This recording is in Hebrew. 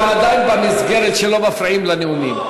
אנחנו עדיין במסגרת שלא מפריעים לנאומים.